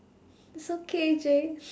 it's okay J